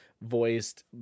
voiced